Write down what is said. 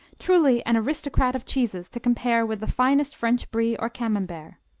truly an aristocrat of cheeses to compare with the finest french brie or camembert.